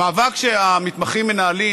המאבק שהמתמחים מנהלים